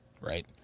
right